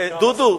דודו,